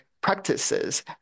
practices